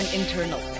internal